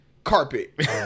Carpet